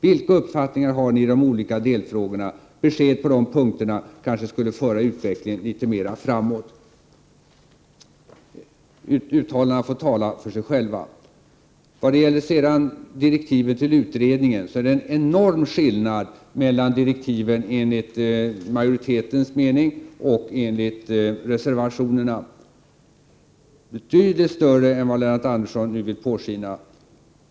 Vilka uppfattningar har ni i de olika delfrågorna? Besked på de punkterna kanske skulle föra utvecklingen litet mera framåt. Uttalandena får tala för sig själva. Vad gäller direktiven till utredningen är det en enorm skillnad mellan majoritetens mening och reservationerna — betydligt större än vad Lennart Andersson nu vill påskina.